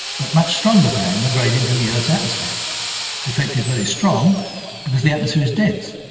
but much stronger than, the gradient in the earth's atmosphere. the effect is very strong because the atmosphere is dense,